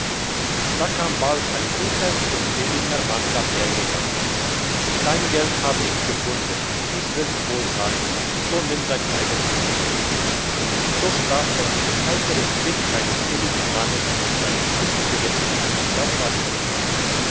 da kam bald ein guter und ehrlicher mann dahergegangen dein geld habe ich gefunden dies wird's wohl sein so nimm dein eigentum zurück so sprach er mit dem heitern blick eines ehrlichen mannes und eines guten gewissens und das war schön